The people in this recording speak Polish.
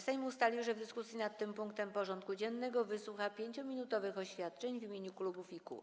Sejm ustalił, że w dyskusji nad tym punktem porządku dziennego wysłucha 5-minutowych oświadczeń w imieniu klubów i kół.